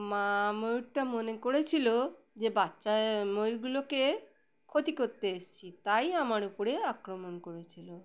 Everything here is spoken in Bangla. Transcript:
মা ময়ূরটা মনে করেছিল যে বাচ্চা ময়ূরগুলোকে ক্ষতি করতে এসেছি তাই আমার উপরে আক্রমণ করেছিল